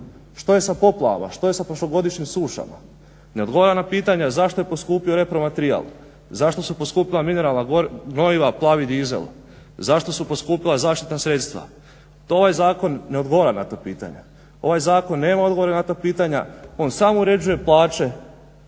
što je sa poplavama, što je sa prošlogodišnjim sušama, ne odgovara na pitanja zašto je poskupio repromaterijal? Zašto su poskupila mineralna gnojiva, plavi dizel? Zašto su poskupila zaštitna sredstva? To ovaj zakon ne odgovara na to pitanje. Ovaj zakon nema odgovore na ta pitanja. On sam uređuje plaće